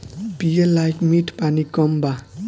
पिए लायक मीठ पानी कम बा